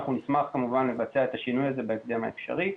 אנחנו נשמח כמובן לבצע את השינוי הזה בהקדם האפשרי.